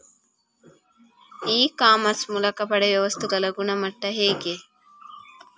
E commerce ಮೂಲಕ ಪಡೆಯುವ ವಸ್ತುಗಳ ಗುಣಮಟ್ಟ ಹೇಗೆ?